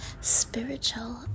Spiritual